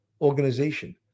organization